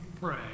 pray